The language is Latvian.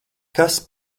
kas